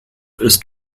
ist